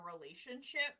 relationship